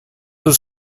was